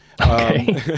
Okay